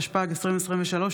התשפ"ג 2023,